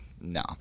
no